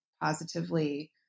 positively